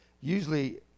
usually